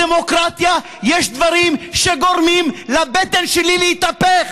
בדמוקרטיה יש דברים שגורמים לבטן שלי להתהפך,